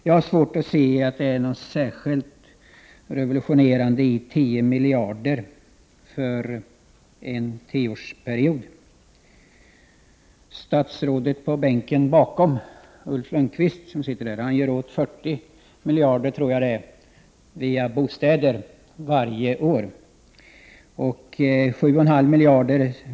Jag har svårt att se något särskilt revolutionerande i en summa om 10 miljarder under en tioårsperiod. Statsrådet som sitter i bänken bakom kommunikationsministern, nämligen Ulf Lönnqvist, gör av med 40 miljarder, om jag minns rätt, när det gäller bostäder varje år. Televerket investerar 7,5 miljarder.